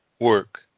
work